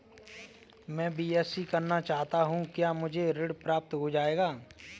मैं बीएससी करना चाहता हूँ क्या मुझे ऋण प्राप्त हो जाएगा?